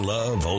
Love